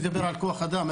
דיבר על כוח אדם,